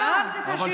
שאלת את השאלה.